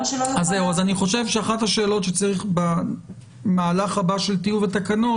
אני חושב שאחת השאלות שצריכה להיות במהלך הבא של טיוב התקנות